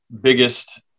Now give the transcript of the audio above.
biggest